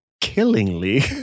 killingly